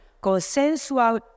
consensual